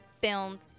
films